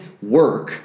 work